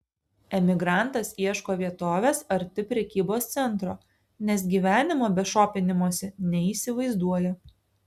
emigrantas ieško vietovės arti prekybos centro nes gyvenimo be šopinimosi neįsivaizduoja